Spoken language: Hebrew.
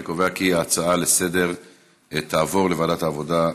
אני קובע כי ההצעה לסדר-היום תעבור לוועדת העבודה,